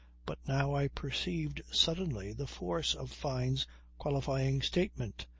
but now i perceived suddenly the force of fyne's qualifying statement,